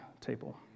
table